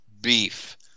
beef